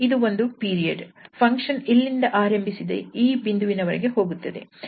ಇದು ಒಂದು period function ಇಲ್ಲಿಂದ ಆರಂಭಿಸಿ ಈ ಬಿಂದುವಿನ ವರೆಗೆ ಹೋಗುತ್ತದೆ